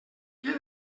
què